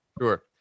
Sure